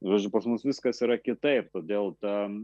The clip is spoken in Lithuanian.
žodžiu mums viskas yra kitaip todėl ta